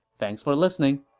thanks for listening!